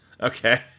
Okay